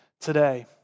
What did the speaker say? today